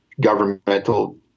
governmental